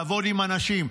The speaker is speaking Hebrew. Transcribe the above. לעבוד עם אנשים,